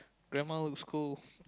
grandma who scold